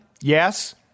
Yes